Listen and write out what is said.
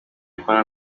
kubona